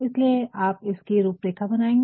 इसलिए आप इसकी रूरेखा बनाएंगे